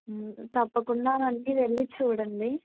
తప్పకుండా అవన్నీ వెళ్ళి చూడండి